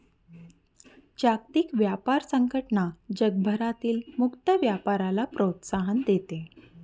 जागतिक व्यापार संघटना जगभरातील मुक्त व्यापाराला प्रोत्साहन देते